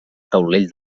taulell